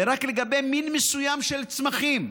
ורק לגבי מין מסוים של צמחים,